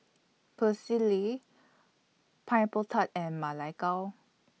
Pecel Lele Pineapple Tart and Ma Lai Gao